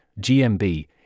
GMB